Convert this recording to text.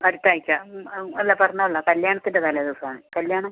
അടുത്താഴ്ച അല്ല പിറന്നാളല്ല കല്യാണത്തിൻ്റെ തലേദിവസം ആണ് കല്യാണം